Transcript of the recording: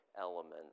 element